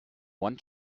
one